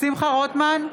שמחה רוטמן,